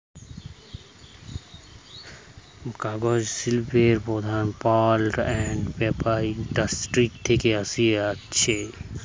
কাগজ শিল্প প্রধানত পাল্প আন্ড পেপার ইন্ডাস্ট্রি থেকে আসতিছে